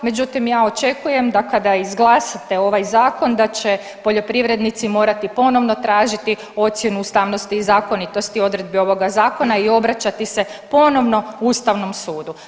Međutim, ja očekujem da kada izglasate ovaj zakon da će poljoprivrednici morati ponovno tražiti ocjenu ustavnosti i zakonitosti odredbe ovoga zakona i obraćati se ponovno Ustavnom sudu.